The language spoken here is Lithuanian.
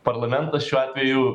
parlamentas šiuo atveju